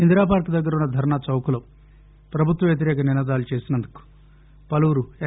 Indira park దగ్గర వున్న ధర్నాచౌక్లో ప్రభుత్వ వ్యతిరేక నినాదాలు చేసినందుకు పలువురు ఎన్